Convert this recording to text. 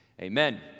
amen